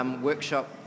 workshop